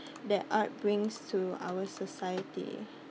that art brings to our society